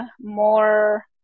more